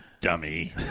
dummy